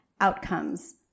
outcomes